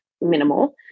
minimal